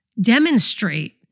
demonstrate